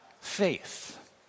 faith